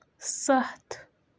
ستھ